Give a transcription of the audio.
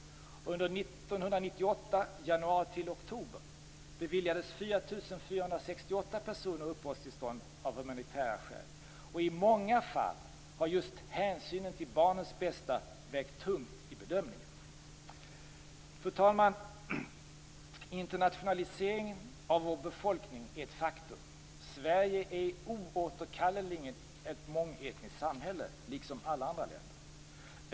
Under 1998, januari till oktober, beviljades 4 468 personer uppehållstillstånd av humanitära skäl. I många fall har just hänsynen till barnens bästa vägt tungt i bedömningen. Fru talman! Internationaliseringen av vår befolkning är ett faktum. Sverige är oåterkalleligen ett mångetniskt samhälle, liksom alla andra länder.